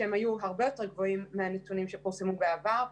שהיו הרבה יותר גבוהים מהנתונים שפורסמן בעבר.